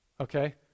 okay